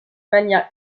manière